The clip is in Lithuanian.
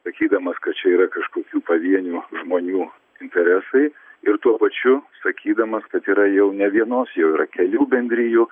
sakydamas kad čia yra kažkokių pavienių žmonių interesai ir tuo pačiu sakydamas kad yra jau ne vienos jau yra kelių bendrijų